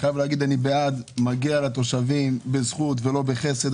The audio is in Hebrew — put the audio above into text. מגיע לתושבים בזכות ולא בחסד.